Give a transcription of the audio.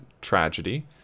tragedy